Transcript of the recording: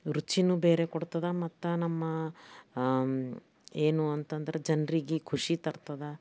ರುಚಿಯೂ ಬೇರೆ ಕೊಡ್ತದೆ ಮತ್ತು ನಮ್ಮ ಏನು ಅಂತಂದ್ರೆ ಜನ್ರಿಗೆ ಖುಷಿ ತರ್ತದೆ